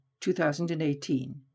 2018